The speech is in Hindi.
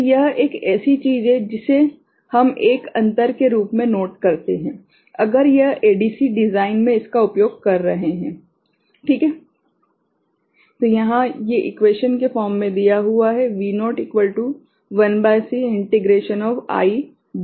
तो यह एक ऐसी चीज है जिसे हम एक अंतर के रूप में नोट करते हैं अगर हम एडीसी डिजाइन में इसका उपयोग कर रहे हैं ठीक है